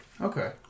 Okay